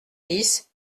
dix